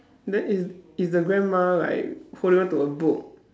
then is is the grandma like holding on to a book